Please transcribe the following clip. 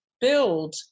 build